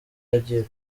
agiye